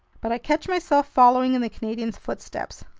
but i catch myself following in the canadian's footsteps.